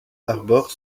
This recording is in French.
arbore